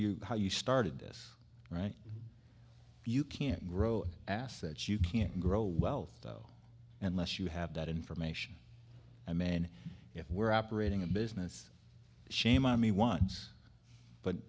you how you started this right you can't grow assets you can't grow wealth unless you have that information and man if we're operating a business shame on me once but